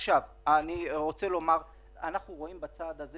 אני רוצה לומר: אנחנו רואים בצעד הזה